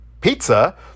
pizza